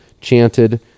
chanted